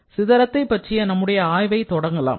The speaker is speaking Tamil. சிதறத்தை பற்றிய நம்முடைய ஆய்வை தொடங்கலாம்